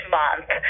month